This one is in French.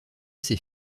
ses